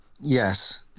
Yes